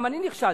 גם אני נכשלתי,